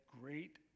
great